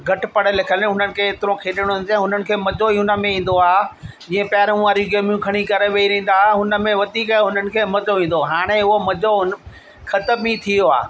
घटि पढ़यलु लिखियलु हुननि खे एतिरो खेॾण न थो अचे उनखे मजो ई उनमें ईंदो आहे जीअं पहिरियों वारी गेमूं खणी करे वही रहंदा हुआ हुनमें वधीक हुननि खे मजो ईंदो हो हाणे हूअ मजो खतमु ही थी वियो आहे